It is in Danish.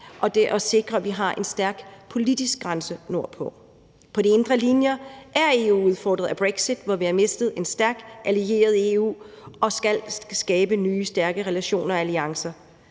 og sikre, at vi har en stærk politisk grænse nordpå. På de indre linjer er EU udfordret af brexit, hvor vi har mistet en stærk allieret i EU og skal skabe nye, stærke relationer og alliancer.